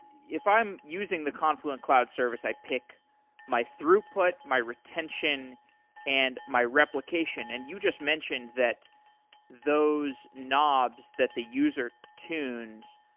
if i'm using the confluent cloud service, i pick my throughput, my retention and my replication and you just mentioned that those knobs that the user tunes,